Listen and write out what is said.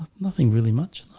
nothing really much